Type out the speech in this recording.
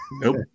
Nope